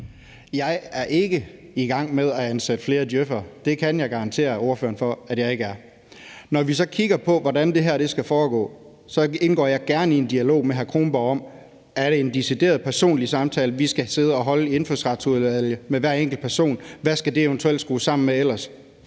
Jeg er ikke i gang med at ansætte flere djøf'ere. Det kan jeg garantere ordføreren for at jeg ikke er. Når vi så kigger på, hvordan det her skal foregå, indgår jeg gerne i en dialog med hr. Anders Kronborg om det: Er det en decideret personlig samtale, vi skal sidde og holde i Indfødsretsudvalget med hver enkelt person? Hvad skal det eventuelt ellers skrues sammen med?